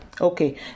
okay